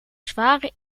zware